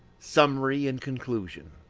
summary and conclusion.